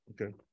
okay